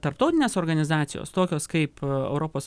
tarptautinės organizacijos tokios kaip europos